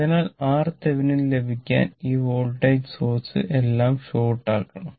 അതിനാൽ RThevenin ലഭിക്കാൻ ഈ വോൾട്ടേജ് സോഴ്സ് എല്ലാം ഷോർട്ട് ആക്കണം